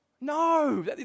no